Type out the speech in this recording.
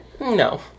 no